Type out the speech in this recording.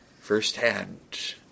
firsthand